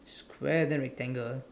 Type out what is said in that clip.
square then rectangle